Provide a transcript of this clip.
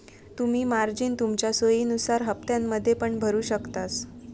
तुम्ही मार्जिन तुमच्या सोयीनुसार हप्त्त्यांमध्ये पण भरु शकतास